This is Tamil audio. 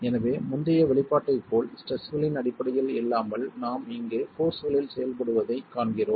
எனவே முந்தைய வெளிப்பாட்டைப் போல் ஸ்ட்ரெஸ்களின் அடிப்படையில் இல்லாமல் நாம் இங்கு போர்ஸ்களில் செயல்படுவதைக் காண்கிறோம்